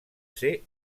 ser